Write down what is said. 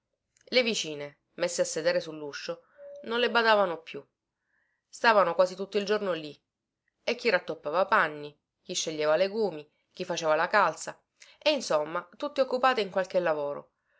le vicine messe a sedere su luscio non le badavano più stavano quasi tutto il giorno lì e chi rattoppava panni chi sceglieva legumi chi faceva la calza e insomma tutte occupate in qualche lavoro